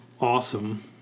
awesome